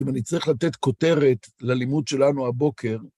אם אני צריך לתת כותרת ללימוד שלנו הבוקר...